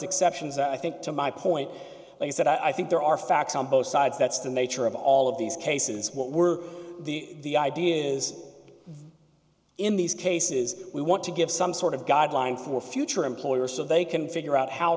exceptions i think to my point is that i think there are facts on both sides that's the nature of all of these cases what were the the idea is in these cases we want to give some sort of guidelines for future employers so they can figure out how